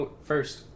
first